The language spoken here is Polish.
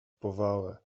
powałę